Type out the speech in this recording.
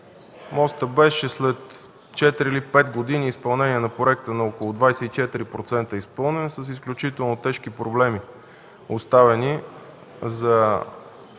мостът беше след четири или пет години изпълнение на проекта на около 24% изпълнен, с изключително тежки проблеми, оставени и